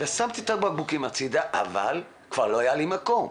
ושמתי את הבקבוקים בצד אבל כבר לא היה לי מקום.